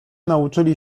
nauczyli